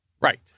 Right